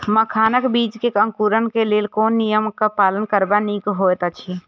मखानक बीज़ क अंकुरन क लेल कोन नियम क पालन करब निक होयत अछि?